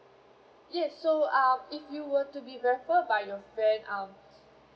yes so um if you were to be referred by your friend um